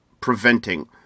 preventing